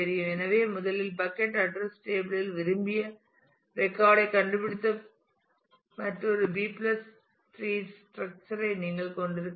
எனவே முதலில் bucket address table இல் விரும்பிய ரெக்கார்ட் ஐ கண்டுபிடிக்க மற்றொரு B டிரீ ஸ்ட்ரக்சர் ஐ நீங்கள் கொண்டிருக்க வேண்டும்